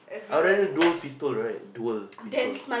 I would rather do pistol right dual pistol